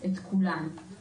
את כולן.